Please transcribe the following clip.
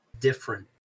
different